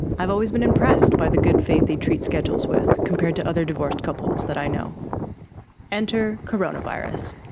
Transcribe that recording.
i've always been impressed by the good faith they treat schedules with compared to other divorced couples that i know enter coronavirus.